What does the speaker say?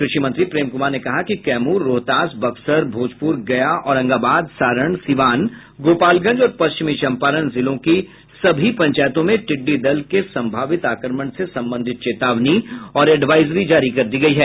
कृषि मंत्री प्रेम कुमार ने कहा कि कैमूर रोहतास बक्सर भोजपुर गया औरंगाबाद सारण सिवान गोपालगंज और पश्चिमी चंपारण जिलों की सभी पंचायतों में टिड्डी दल के संभावित आक्रमण से संबंधित चेतावनी और एडवाइजरी जारी कर दी गयी है